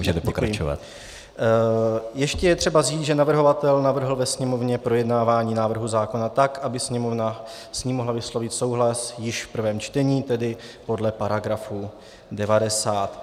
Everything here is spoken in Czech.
Ještě je třeba říci, že navrhovatel navrhl ve Sněmovně projednávání návrhu zákona tak, aby Sněmovna s ním mohla vyslovit souhlas již v prvém čtení, tedy podle § 90.